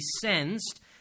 sensed